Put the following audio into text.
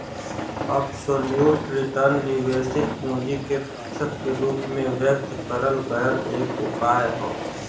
absolute return निवेशित पूंजी के प्रतिशत के रूप में व्यक्त करल गयल एक उपाय हौ